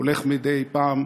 שהולך מדי פעם,